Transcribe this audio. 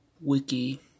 wiki